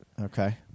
Okay